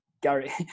Gary